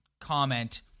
comment